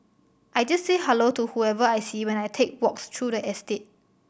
I just say hello to whoever I see when I take walks through the estate